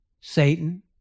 Satan